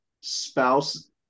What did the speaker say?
Spouse